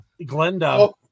Glenda